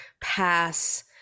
pass